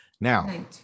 Now